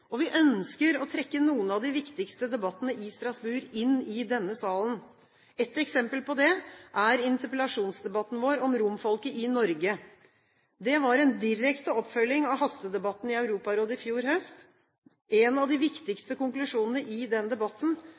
og vi ønsker å trekke noen av de viktigste debattene i Strasbourg inn i denne salen. Ett eksempel på det er interpellasjonsdebatten om romfolket i Norge. Det var en direkte oppfølging av hastedebatten i Europarådet i fjor høst. En av de viktigste konklusjonene i den debatten